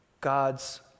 God's